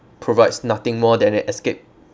provides nothing more than an escape